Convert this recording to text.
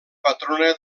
patrona